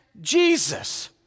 Jesus